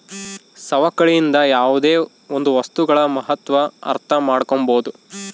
ಸವಕಳಿಯಿಂದ ಯಾವುದೇ ಒಂದು ವಸ್ತುಗಳ ಮಹತ್ವ ಅರ್ಥ ಮಾಡ್ಕೋಬೋದು